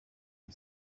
iyi